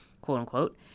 quote-unquote